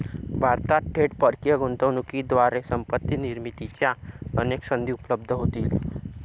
भारतात थेट परकीय गुंतवणुकीद्वारे संपत्ती निर्मितीच्या अनेक संधी उपलब्ध होतील